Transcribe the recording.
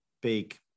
big